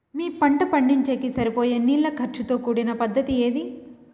మీ పంట పండించేకి సరిపోయే నీళ్ల ఖర్చు తో కూడిన పద్ధతి ఏది?